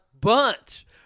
bunch